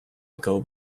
ago